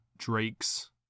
drakes